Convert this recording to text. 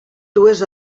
dues